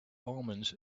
omens